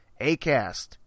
Acast